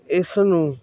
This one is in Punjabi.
ਇਸ ਨੂੰ